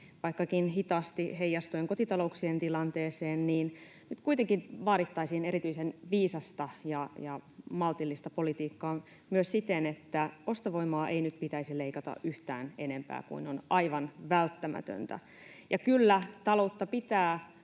vaikkakin hitaasti heijastuen kotitalouksien tilanteeseen, niin nyt vaadittaisiin erityisen viisasta ja maltillista politiikkaa myös siten, että ostovoimaa ei nyt pitäisi leikata yhtään enempää kuin on aivan välttämätöntä. Ja kyllä — taloutta pitää